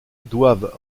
doivent